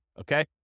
okay